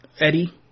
Eddie